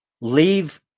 Leave